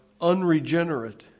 unregenerate